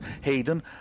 Hayden